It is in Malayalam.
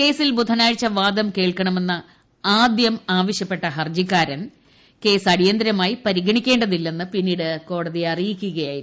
കേസിൽ ബുധനാഴ്ച വാദം കേൾക്കണമെന്ന് ആദ്യം ആവശ്യപ്പെട്ട ഹർജിക്കാരൻ കേസ് അടിയന്തരമായി പിന്നീട് പരിഗണിക്കേണ്ടതില്ലെന്ന് കോടതിയെ അറിയിക്കുകയായിരുന്നു